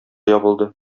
ябылды